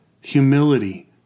humility